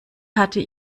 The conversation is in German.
hatte